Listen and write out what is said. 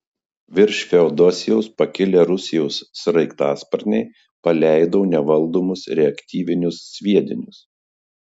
virš feodosijos pakilę rusijos sraigtasparniai paleido nevaldomus reaktyvinius sviedinius